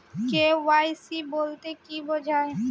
KYC বলতে কি বোঝায়?